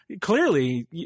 clearly